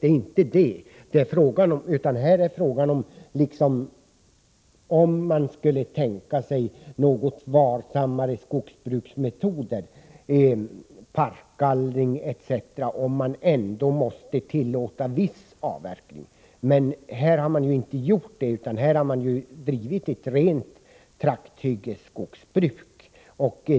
Det är inte det frågan gäller, utan här är det fråga om huruvida man kan tänka sig något varsammare skogsbruksmetoder — parkgallring etc. — om man ändå måste tillåta viss avverkning. I det här fallet har man inte gjort det utan här har man drivit ett rent trakthyggesskogsbruk.